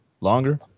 Longer